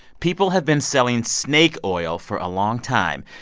people have been selling snake oil for a long time.